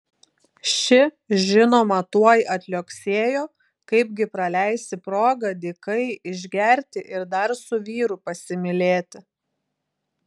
ši žinoma tuoj atliuoksėjo kaip gi praleisi progą dykai išgerti ir dar su vyru pasimylėti